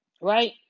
right